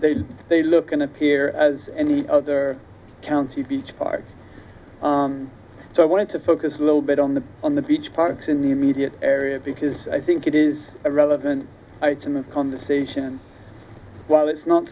there they look and appear as any other county beach park so i want to focus a little bit on the on the beach parks in the immediate area because i think it is relevant in the conversation while it's not